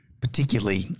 particularly